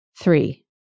Three